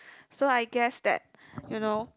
so I guess that you know